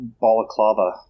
Balaclava